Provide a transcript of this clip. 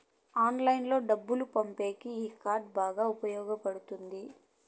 ఆన్లైన్లో డబ్బులు పంపేకి ఈ కార్డ్ బాగా ఉపయోగపడుతుంది